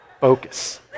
Focus